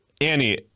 Annie